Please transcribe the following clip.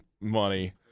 money